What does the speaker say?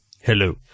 Hello